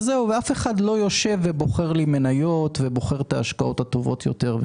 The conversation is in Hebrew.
ואף אחד לא יושב ובוחר לי מניות או בוחר את ההשקעות הטובות יותר.